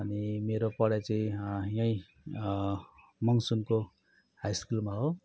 अनि मेरो पढाइ चाहिँ यहीँ मनसोङको हाई स्कुलमा हो